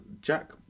Jack